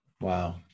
Wow